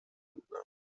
بودم